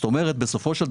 הם עושים את